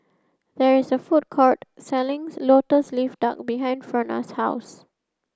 there is a food court selling Lotus Leaf Duck behind Frona's house